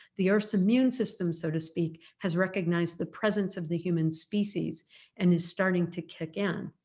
the earth's immune system, so to speak, has recognised the presence of the human species and is starting to kick in.